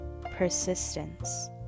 Persistence